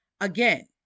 Again